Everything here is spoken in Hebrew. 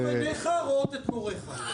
והיו עינייך רואות את מוריך.